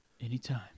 Anytime